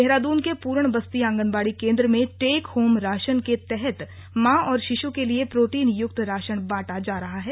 देहरादून के पूरन बस्ती आंगनबाड़ी केंद्र में टेक होम राशन के तहत मां और शिशु के लिए प्रोटीन युक्त राशन बांटा जा रहा है